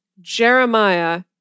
Jeremiah